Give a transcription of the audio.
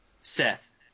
Seth